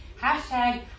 Hashtag